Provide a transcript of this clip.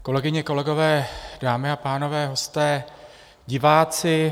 Kolegyně, kolegové, dámy a pánové, hosté, diváci.